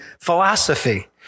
philosophy